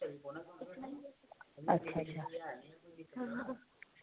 अच्छा अच्छा